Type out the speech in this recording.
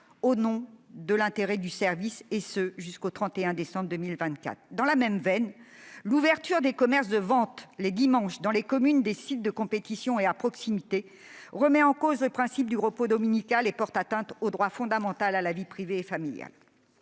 au nom de l'intérêt du service », et ce jusqu'au 31 décembre 2024. Dans la même veine, l'ouverture le dimanche des commerces de vente dans les communes des sites de compétition et à proximité remet en cause le principe du repos dominical et porte atteinte au droit fondamental à la vie privée et familiale.